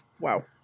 Wow